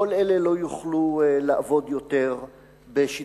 כל אלה לא יוכלו לעבוד יותר בשטחנו.